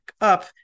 up